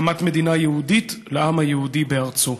הקמת מדינה יהודית לעם היהודי בארצו.